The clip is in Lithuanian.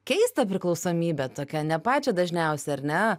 keistą priklausomybę tokią ne pačią dažniausią ar ne